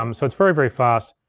um so it's very, very fast.